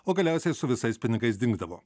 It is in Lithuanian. o galiausiai su visais pinigais dingdavo